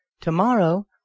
Tomorrow